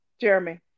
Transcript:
Jeremy